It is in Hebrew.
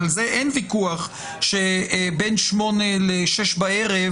על זה אין ויכוח שבין שעה 8:00 ל-18:00